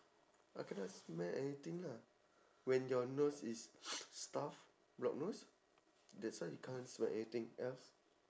ah cannot smell anything lah when your nose is stuff block nose that's why you can't smell anything else